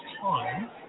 time